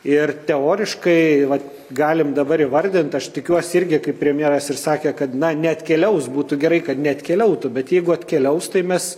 ir teoriškai vat galim dabar įvardint aš tikiuosi irgi kaip premjeras ir sakė kad na neatkeliaus būtų gerai kad neatkeliautų bet jeigu atkeliaus tai mes